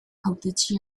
hautetsi